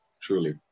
truly